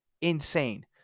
insane